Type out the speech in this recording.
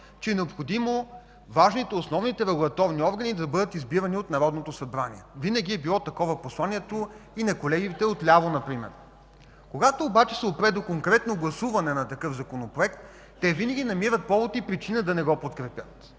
че е необходимо важните регулаторни органи да бъдат избирани от Народното събрание. Винаги посланието е било такова, и на колегите отляво например. Когато обаче се стигне до конкретно гласуване на такъв законопроект, те винаги намират повод и причина да не го подкрепят.